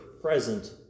present